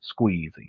squeezy